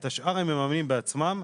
את השאר הם מממנים בעצמם.